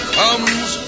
comes